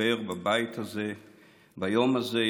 לדבר בבית הזה ביום הזה.